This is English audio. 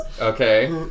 Okay